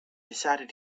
decided